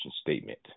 statement